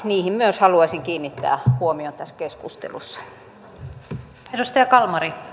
niihin myös haluaisin kiinnittää huomion tässä keskustelussa